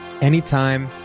Anytime